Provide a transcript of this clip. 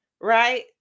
right